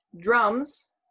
drums